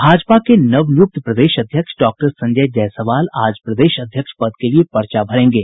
भाजपा के नवनियुक्त प्रदेश अध्यक्ष डॉक्टर संजय जायसवाल आज प्रदेश अध्यक्ष पद के लिये पर्चा भरेंगे